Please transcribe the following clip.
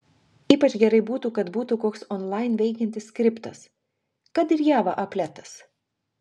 ypač gerai būtų kad būtų koks onlain veikiantis skriptas kad ir java apletas